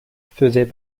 faisait